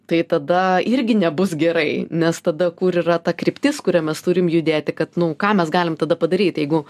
tai tada irgi nebus gerai nes tada kur yra ta kryptis kuria mes turim judėti kad nu ką mes galim tada padaryti jeigu